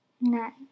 Nine